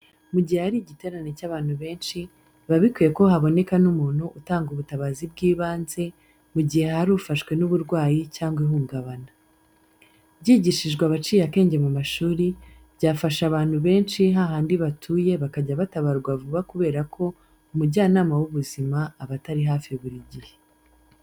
Mu gihe hari igiterane cy'abantu benshi, biba bikwiye ko haboneka n'umuntu utanga ubutabazi bw'ibanze mu gihe hari ufashwe n'uburwayi cyangwa ihungabana. Byigishijwe abaciye akenge mu mashuri, byafasha abantu benshi hahandi batuye bakajya batabarwa vuba kubera ko umujyanama w'ubuzima aba atari hafi buri gihe.